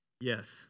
Yes